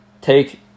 take